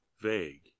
vague